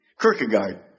Kierkegaard